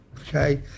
okay